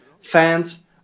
fans